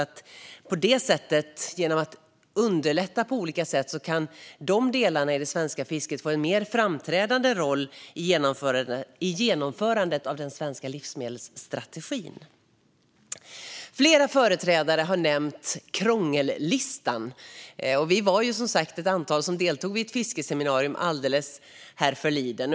Genom att man underlättar detta på olika sätt kan de delarna i det svenska fisket få en mer framträdande roll i genomförandet av den svenska livsmedelsstrategin. Flera företrädare har nämnt krångellistan. Vi var, som sagt, ett antal som deltog i ett fiskeseminarium härförleden.